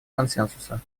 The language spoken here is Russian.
консенсуса